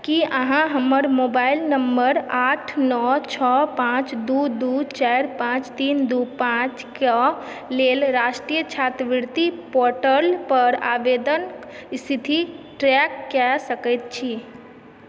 की अहाँ हमर mobile number आठ नओ छओ पाँच दू दू चारि पाँच तीन दू पाँचके लेल राष्ट्रीय छात्रवृत्ति पोर्टलपर आवेदनक स्थितिकेँ ट्रैक कए सकैत छी